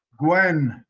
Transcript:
gwen